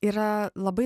yra labai